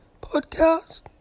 Podcast